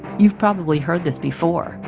you've probably heard this before,